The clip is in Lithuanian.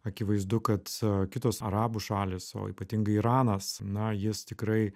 akivaizdu kad kitos arabų šalys o ypatingai iranas na jis tikrai